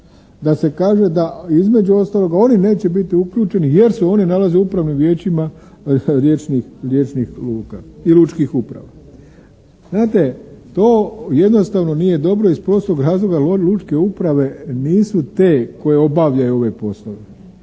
da se kaže da između ostaloga oni neće biti uključeni jer se oni nalaze u upravnim vijećima riječnih luka i lučkih uprava. Znate, to jednostavno nije dobro iz prostog razloga jer lučke uprave nisu te koje obavljaju ove poslove